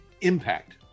impact